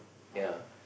yea